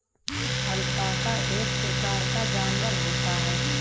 alpaca एक प्रकार का जानवर होता है